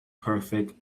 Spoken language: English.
perfect